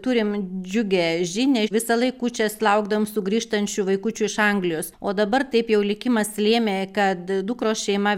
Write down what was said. turim džiugią žinią visąlaik kūčias laukdavom sugrįžtančių vaikučių iš anglijos o dabar taip jau likimas lėmė kad dukros šeima